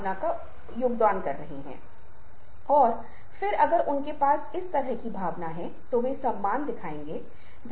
तो आप देखते हैं कि यह एक ऐसी चीज है जो नई नहीं है भले ही आप हमारे प्राचीन नाट्य का किताब देख रहे हों जो एक प्रदर्शन है